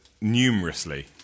numerously